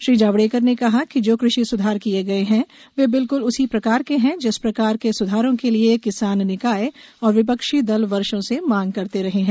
श्री जावड़ेकर ने कहा कि जो कृषि स्धार किये गये हैं वे बिलक्ल उसी प्रकार के हैं जिस प्रकार के स्धारों के लिए किसान निकाय और विपक्षी दल वर्षों से मांग करते रहे हैं